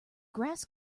grass